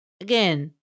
again